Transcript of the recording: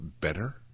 better